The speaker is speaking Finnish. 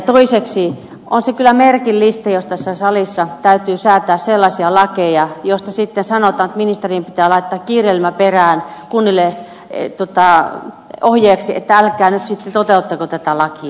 toiseksi on se kyllä merkillistä jos tässä salissa täytyy säätää sellaisia lakeja joista sitten sanotaan että ministerin pitää laittaa kirjelmä perään kunnille ohjeeksi että älkää nyt sitten toteuttako tätä lakia